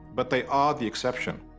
but they are the exception.